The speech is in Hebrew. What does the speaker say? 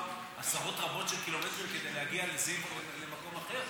עשרות רבות של קילומטרים כדי להגיע לזיו או למקום אחר.